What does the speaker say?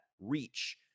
reach